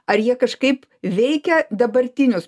ar jie kažkaip veikia dabartinius